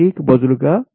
3 కు బదులుగా 0